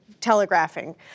telegraphing